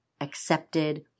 accepted